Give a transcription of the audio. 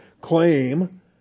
claim